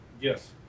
Yes